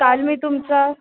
काल मी तुमचा